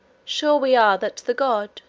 sure we are that the god,